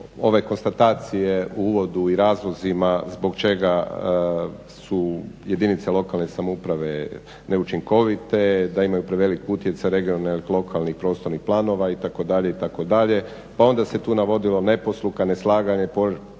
ove konstatacije u uvodu i razlozima zbog čega su jedinice lokalne samouprave neučinkovite, da imaju prevelik utjecaj regionalnih, lokalnih i prostornih planova itd., itd., pa onda se tu navodilo neposluha, neslaganje,